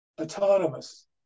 autonomous